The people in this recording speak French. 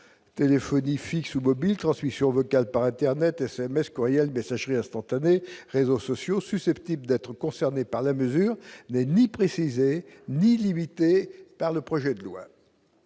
téléphonie fixe ou mobile, transmission vocale par internet, SMS, courriel, messagerie instantanée, réseaux sociaux susceptibles d'être concernées par la mesure n'est ni préciser ni limité par le projet de loi